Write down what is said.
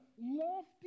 lofty